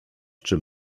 czy